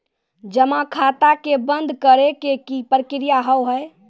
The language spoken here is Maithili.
जमा खाता के बंद करे के की प्रक्रिया हाव हाय?